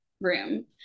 room